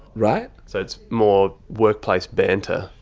right? so it's more workplace banter.